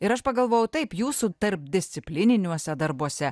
ir aš pagalvojau taip jūsų tarpdisciplininiuose darbuose